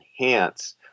enhance